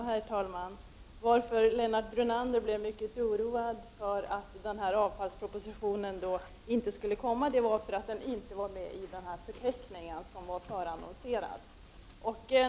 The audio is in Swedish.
Herr talman! Varför Lennart Brunander blev oroad för att avfallspropositionen inte skulle komma var att den inte var upptagen i den propositionsförteckning som är förannonserad.